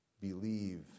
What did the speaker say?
Believe